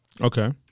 Okay